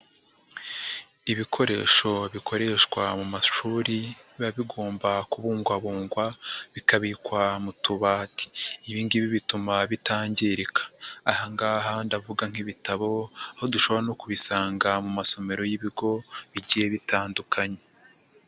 Ibikoresho bikoreshwa mu mashuri, biba bigomba kubungwabungwa, bikabikwa mu tubati. Ibi ngibi bituma bitangirika. Aha ngaha ndavuga nk'ibitabo, aho dushobora no kubisanga mu masomero y'ibigo, bigiye bitandukanye.